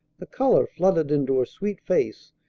the color flooded into her sweet face,